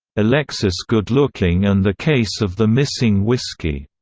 alexis goodlooking and the case of the missing whisky.